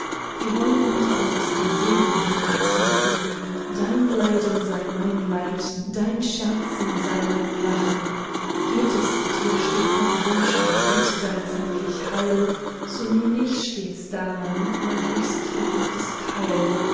wir wollen unter uns ein seelenbündnis machen dein leiden sei mein leid dein scherzen sei mein lachen geht es dir stets nach wunsch und blüht dein zeitlich heil so nehm ich stets daran mein höchst vergnügtes teil